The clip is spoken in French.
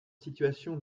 situation